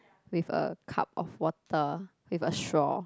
with a cup of water with a straw